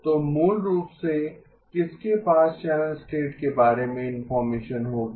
तो मूल रूप से किसके पास चैनल स्टेट के बारे में इन्फॉर्मेशन होगी